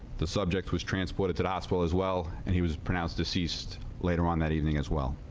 the subject was transported to the hospital as well and he was pronounced deceased later on that evening as well